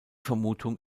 vermutung